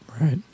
right